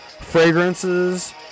fragrances